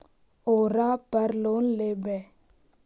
ओरापर लोन लेवै?